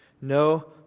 no